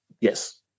Yes